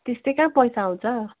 त्यस्तै कहाँ पैसा आउँछ